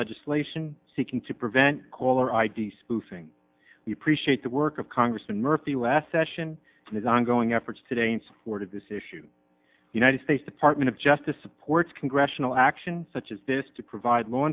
legislation seeking to prevent caller id spoofing we appreciate the work of congressman murphy last session and his ongoing efforts today in support of this issue united states department of justice supports congressional action such as this to provide law